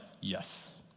yes